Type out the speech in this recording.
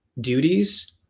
duties